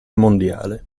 mondiale